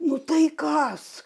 nu tai kas